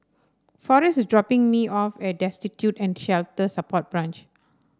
Forest is dropping me off at Destitute and Shelter Support Branch